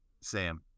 sam